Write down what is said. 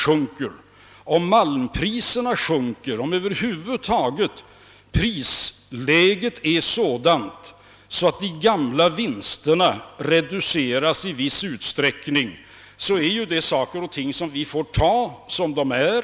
sjunker, om malmpriserna sjunker och om Pprisläget över huvud taget är sådant att vinsterna i viss utsträckning reduceras, så är ju detta saker och ting som vi får ta som de är.